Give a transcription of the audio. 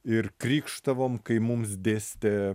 ir krykštavom kai mums dėstė